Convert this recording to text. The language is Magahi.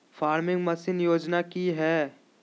फार्मिंग मसीन योजना कि हैय?